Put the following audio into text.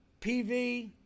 PV